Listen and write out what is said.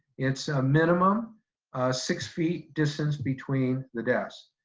it's a minimum six feet distance between the desks.